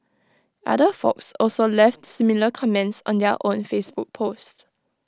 other folks also left similar comments on their own Facebook post